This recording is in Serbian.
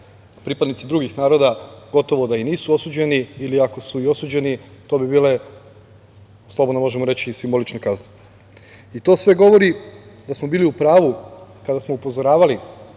pripadnici drugih naroda gotovo da i nisu osuđeni ili ako su i osuđeni to bi bile, slobodno možemo reći, simbolične kazne. To sve govori da smo bili u pravu kada smo upozoravali,